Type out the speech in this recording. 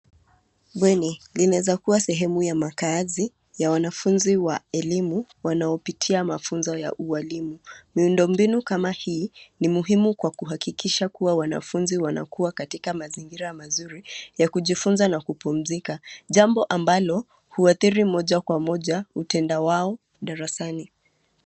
Bweni, linaweza kuwa sehemu ya makazi ya wanafunzi wa elimu wanaopitia mafunzo ya ualimu. Miundo mbinu kama hii ni muhimu kwa kuhakikisha kuwa wanafunzi wanakuwa katika mazingira mazuri ya kujifunza na kupumzika; jambo ambalo huadhiri moja kwa moja utenda wao darasani.